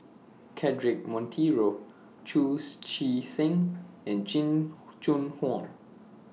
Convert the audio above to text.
Cedric Monteiro Chu's Chee Seng and Jing Jun Hong